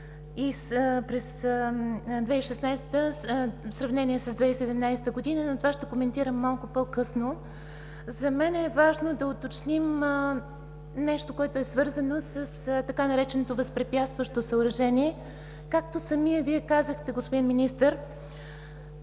през 2017 г. в сравнение с 2016 г., но това ще коментирам малко по-късно. За мен е важно да уточним нещо, което е свързано с така нареченото „възпрепятстващо съоръжение“. Както самият Вие казахте, господин Министър,